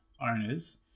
owners